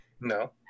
No